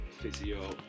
Physio